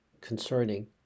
concerning